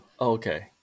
okay